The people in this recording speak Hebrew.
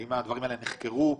האם הדברים האלה נחקרו?